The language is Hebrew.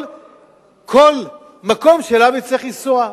אותו דבר לגבי כל מקום שאליו נצטרך לנסוע.